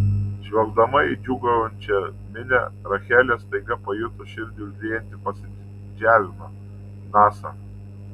žvelgdama į džiūgaujančią minią rachelė staiga pajuto širdį užliejantį pasididžiavimą nasa